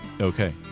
Okay